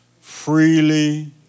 freely